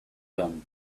them